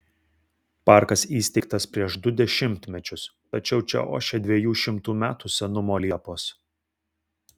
parkas įsteigtas prieš du dešimtmečius tačiau čia ošia dviejų šimtų metų senumo liepos